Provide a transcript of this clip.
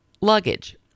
luggage